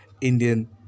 Indian